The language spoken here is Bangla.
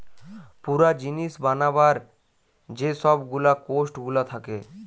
পুরা জিনিস বানাবার যে সব গুলা কোস্ট গুলা থাকে